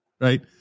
right